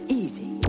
easy